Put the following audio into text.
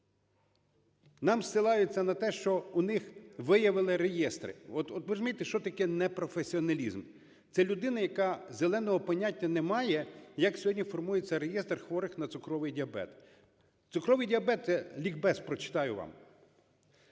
Нам ссилаються на те, що у них виявили реєстри. От ви розумієте, що таке непрофесіоналізм. Це людина, яка зеленого поняття немає, як сьогодні формується реєстр хворих на цукровий діабет. Цукровий діабет - це лікбез, прочитаю вам,